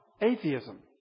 atheism